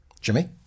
Jimmy